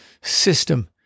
system